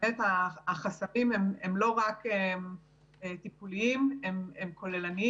שבאמת החסמים הם לא רק טיפוליים אלא הם כוללנים